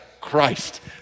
Christ